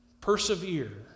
Persevere